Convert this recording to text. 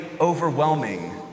overwhelming